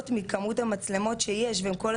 אנחנו כל הזמן באיזה שהוא מעקב אחריהן.